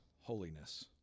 holiness